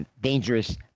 dangerous